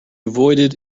avoided